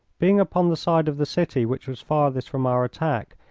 being upon the side of the city which was farthest from our attack,